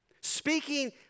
speaking